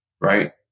right